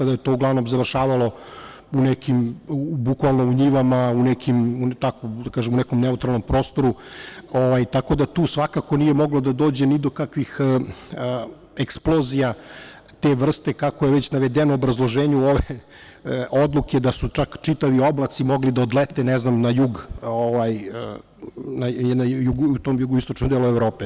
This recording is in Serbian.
To je uglavnom završavalo u nekim, bukvalno, njivama, na nekom neutralnom prostoru, tako da tu svakako nije moglo da dođe ni do kakvih eksplozija te vrste, kako je već navedeno u obrazloženju ove odluke, da su čak čitavi oblaci mogli da odlete na jug, ne znam, u jugoistočni deo Evrope.